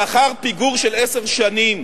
לאחר פיגור של עשר שנים